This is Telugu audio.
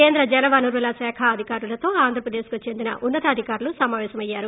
కేంద్ర జలవనరులశాఖ అధికారులతో ఆంధ్రప్రదేశ్ కు చెందిన ఉన్నతాధికారులు సమాపేశమయ్యారు